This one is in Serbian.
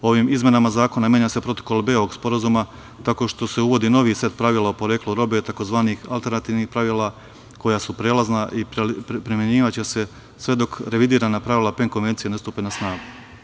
Ovim izmenama zakona menja se protokol B ovog sporazuma tako što se uvodi novi set pravila o poreklu robe tzv. alterantivnih pravila koja su prelazna i primenjivaće se sve dok revidirana pravila PEN konvencije ne stupe na snagu.